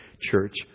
church